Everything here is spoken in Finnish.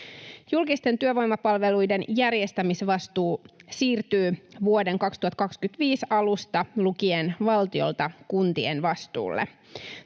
Julkisten työvoimapalveluiden järjestämisvastuu siirtyy vuoden 2025 alusta lukien valtiolta kuntien vastuulle.